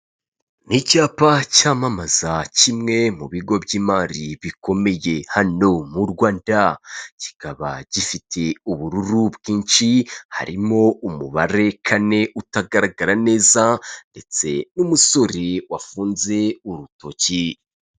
Ni icyapa cyamamaza kimwe mu bigo by'imari bikomeye hano mu Rwanda, kikaba gifite ubururu bwinshi harimo umubare kane utagaragara neza, ndetse n'umusore wafunze urutoki.